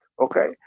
okay